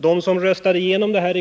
De 256 riksdagsledamöter som i går röstade igenom denna